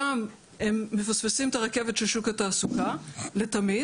גם הם מפספסים את הרכבת של שוק התעסוקה לתמיד,